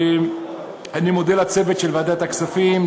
אני מודה לצוות של ועדת הכספים,